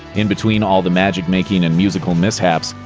in-between all the magic-making and musical mishaps,